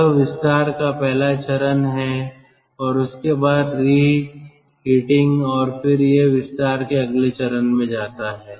यह विस्तार का पहला चरण है और उसके बाद रीहिटिंग और फिर यह विस्तार के अगले चरण में जाता है